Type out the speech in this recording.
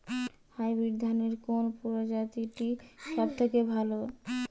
Hybrid ধানের কোন প্রজীতিটি সবথেকে ভালো?